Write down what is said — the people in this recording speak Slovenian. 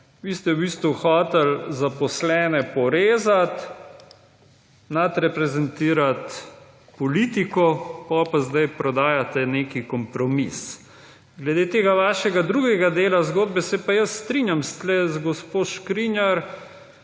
Vi ste v bistvu hoteli zaposlene porezati, nadreprezentirati politiko, potem pa zdaj prodajate neki kompromis. Glede tega vašega drugega dela zgodbe se pa jaz strinjam tukaj z gospod Škrinjar.